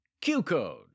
Q-Code